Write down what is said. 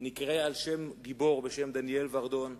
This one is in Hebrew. נקרא על שם גיבור בשם דניאל ורדון.